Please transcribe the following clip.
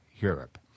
Europe